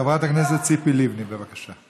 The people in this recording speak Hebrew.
חברת הכנסת ציפי לבני, בבקשה.